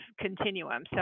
continuum